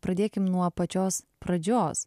pradėkim nuo pačios pradžios